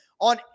on